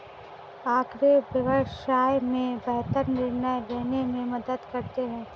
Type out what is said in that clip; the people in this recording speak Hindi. आँकड़े व्यवसाय में बेहतर निर्णय लेने में मदद करते हैं